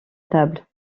table